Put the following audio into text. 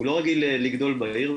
הוא לא רגיל לגדול בעיר,